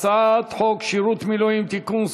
הצעת חוק שירות המילואים (תיקון,